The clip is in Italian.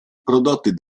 prodotti